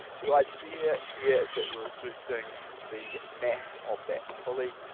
the idea here is that we're reducing the mass of that pulley.